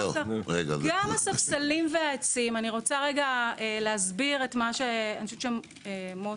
גם הספסלים והעצים אני רוצה להסביר את מה שמוטי,